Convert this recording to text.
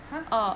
!huh!